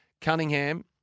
Cunningham